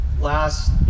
last